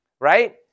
Right